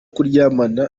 kuryamana